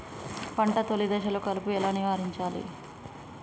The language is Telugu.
పంట తొలి దశలో కలుపు ఎలా నివారించాలి?